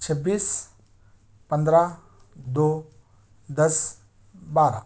چھبیس پندرہ دو دس بارہ